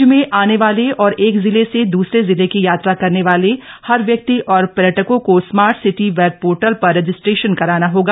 राज्य में आने वाले और एक जिले से दूसरे जिले की यात्रा करने वाले हर व्यक्ति और पर्यटकों को स्मार्ट सिटी वेब पोर्टल पर रजिस्ट्रेशन कराना होगा